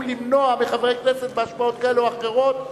למנוע מחברי כנסת בהשפעות כאלה או אחרות,